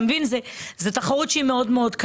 זו תחרות קשה מאוד.